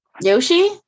Yoshi